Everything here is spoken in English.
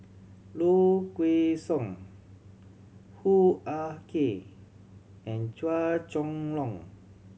Low Kway Song Hoo Ah Kay and Chua Chong Long